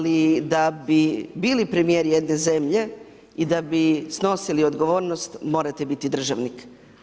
Da bi bili premijer jedne zemlje i da bi snosili odgovornost, morate biti državnik.